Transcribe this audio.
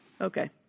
Okay